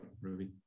Ruby